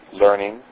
learning